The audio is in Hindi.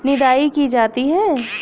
निदाई की जाती है?